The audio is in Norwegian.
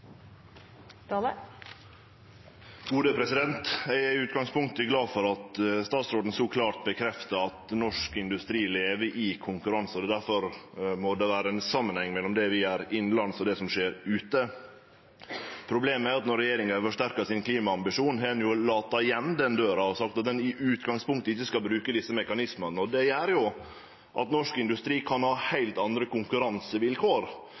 er i utgangspunktet glad for at statsråden så klart bekrefta at norsk industri lever i konkurranse, og at det difor må vere ein samanheng mellom det vi gjer innanlands, og det som skjer ute. Problemet er at når regjeringa har forsterka klimaambisjonen, har ein late igjen døra og sagt at ein i utgangspunktet ikkje skal bruke desse mekanismane. Det gjer at norsk industri kan ha heilt andre konkurransevilkår